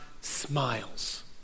smiles